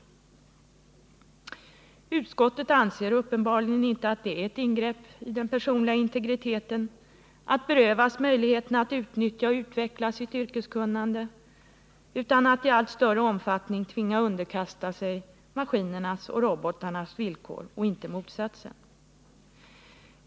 Utskottet anser uppenbarligen inte att det är ett ingrepp i den personliga integriteten att berövas möjligheterna att utnyttja och utveckla sitt yrkeskunnande och att i allt större omfattning tvingas underkasta sig maskinernas och robotarnas villkor.